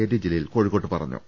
T Jaleel കോഴിക്കോട്ട് പറഞ്ഞു